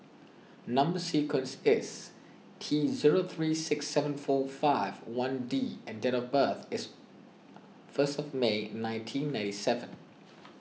Number Sequence is T zero three six seven four five one D and date of birth is first of May nineteen ninety seven